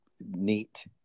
neat